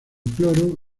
cloro